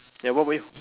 ya what about you